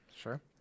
Sure